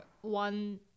one